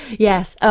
yes, ah